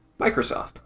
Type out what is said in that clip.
Microsoft